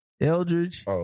Eldridge